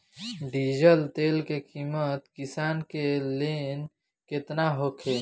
Diesel तेल के किमत किसान के लेल केतना होखे?